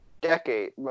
decade